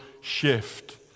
shift